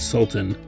Sultan